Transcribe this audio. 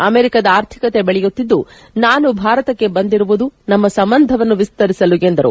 ಅಮೆರಿಕದ ಆರ್ಥಿಕತೆ ಬೆಳೆಯುತ್ತಿದ್ದು ನಾನು ಭಾರತಕ್ಕೆ ಬಂದಿರುವುದು ನಮ್ಮ ಸಂಬಂಧವನ್ನು ವಿಸ್ತರಿಸಲು ಎಂದರು